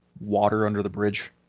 water-under-the-bridge